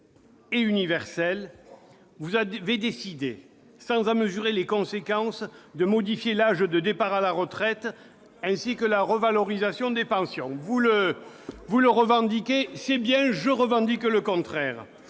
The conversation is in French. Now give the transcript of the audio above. et universels, vous avez décidé, sans en mesurer les conséquences, de modifier l'âge de départ à la retraite ainsi que la revalorisation des pensions. Vous le revendiquez, très bien ! Moi, je revendique le contraire